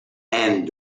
end